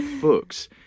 books